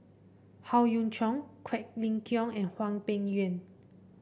Howe Yoon Chong Quek Ling Kiong and Hwang Peng Yuan